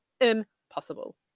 impossible